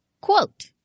quote –